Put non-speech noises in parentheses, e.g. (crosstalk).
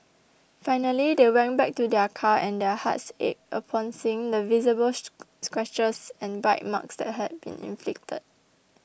finally they went back to their car and their hearts ached upon seeing the visible (unintelligible) scratches and bite marks that had been inflicted